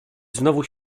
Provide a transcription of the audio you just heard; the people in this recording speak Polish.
znów